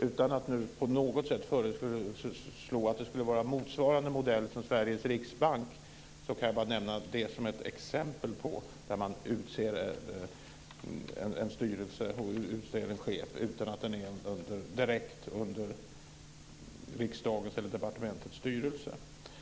Utan att på något sätt föreslå motsvarande modell som Sveriges riksbank kan jag bara nämna den som ett exempel på hur man utser en styrelse och en chef utan att de är direkt under riksdagens eller departements styrning.